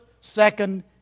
second